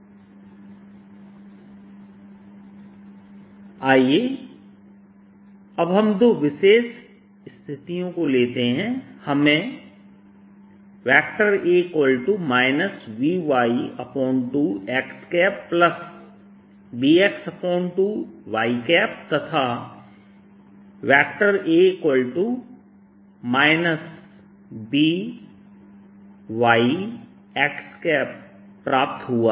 द्वितीय संभावना AyBx Ax0 Az0 ∴ ABxy तृतीय संभावना Ay0 Ax By Az0 ∴ A Byx आइए अब हम दो विशेष स्थितियों को लेते हैं हमें A By2xBx2y तथा A Byx प्राप्त हुआ था